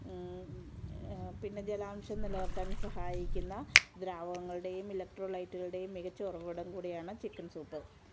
പിന്നെ ജലാംശം നില നിർത്താൻ സഹായിക്കുന്ന ദ്രാവകങ്ങളുടെയും എലക്ട്രോലൈറ്റുകളുടെയും മികച്ച ഉറവിടം കൂടെയാണ് ചിക്കൻ സൂപ്പ്